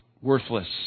Worthless